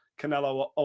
Canelo